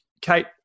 Kate